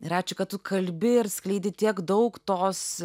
ir ačiū kad tu kalbi ir skleidi tiek daug tos